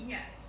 Yes